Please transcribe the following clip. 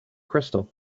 crystal